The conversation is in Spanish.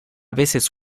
veces